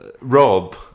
Rob